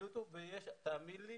ויקלטו ותאמין לי,